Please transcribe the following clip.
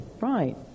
right